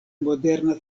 moderna